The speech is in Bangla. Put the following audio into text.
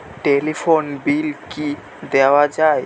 টেলিফোন বিল কি দেওয়া যায়?